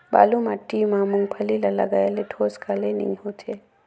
बालू माटी मा मुंगफली ला लगाले ठोस काले नइ होथे?